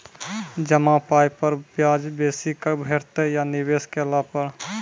जमा पाय पर ब्याज बेसी भेटतै या निवेश केला पर?